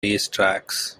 racetracks